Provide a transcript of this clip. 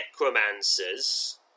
necromancers